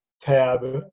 tab